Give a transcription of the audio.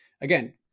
again